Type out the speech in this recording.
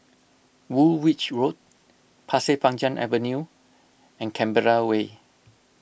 Woolwich Road Pasir Panjang Avenue and Canberra Way